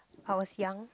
I was young